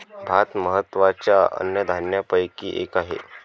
भात महत्त्वाच्या अन्नधान्यापैकी एक आहे